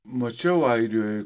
mačiau airijoj